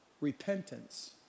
Repentance